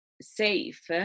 safe